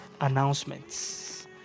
announcements